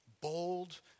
bold